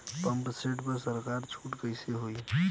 Pump set पर सरकार छूट कईसे होई?